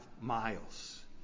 miles